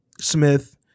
Smith